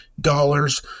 dollars